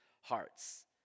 hearts